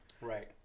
Right